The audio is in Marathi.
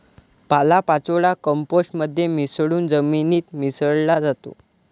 पालापाचोळा कंपोस्ट मध्ये मिसळून जमिनीत मिसळला जातो